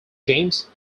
james